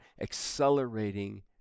accelerating